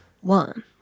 One